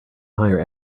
hire